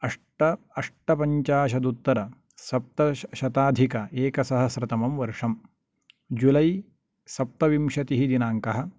अष्ट अष्टपञ्चाशदुत्तर सप्तशताधिक एकसहस्रतमं वर्षम् जुलै सप्तविंशतिः दिनाङ्कः